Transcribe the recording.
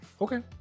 Okay